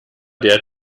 der